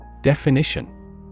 Definition